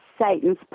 Satan's